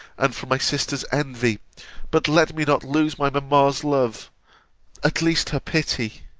and from my sister's envy but let me not lose my mamma's love at least, her pity.